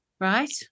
Right